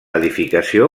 edificació